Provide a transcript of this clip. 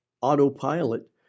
autopilot